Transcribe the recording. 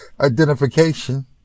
Identification